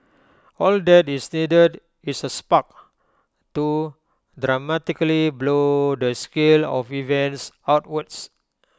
all that is needed is A spark to dramatically blow the scale of events outwards